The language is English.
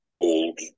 old